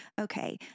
okay